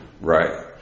Right